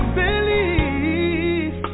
believe